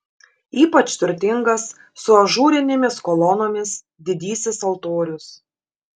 ypač turtingas su ažūrinėmis kolonomis didysis altorius